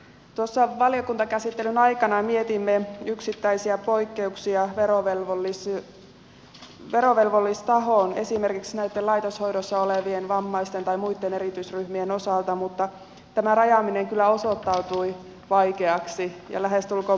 tuossa valiokuntakäsittelyn aikana mietimme yksittäisiä poikkeuksia verovelvollistahoon esimerkiksi näitten laitoshoidoissa olevien vammaisten tai muitten erityisryhmien osalta mutta tämä rajaaminen kyllä osoittautui vaikeaksi ja lähestulkoon mahdottomaksi